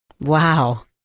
Wow